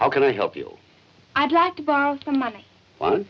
how can i help you i'd like to borrow some money on